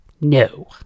No